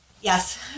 Yes